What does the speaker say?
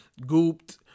Gooped